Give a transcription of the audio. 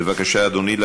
בבקשה, אדוני.